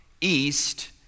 East